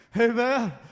Amen